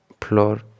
floor